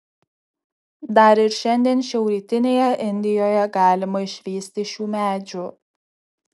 dar ir šiandien šiaurrytinėje indijoje galima išvysti šių medžių